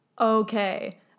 okay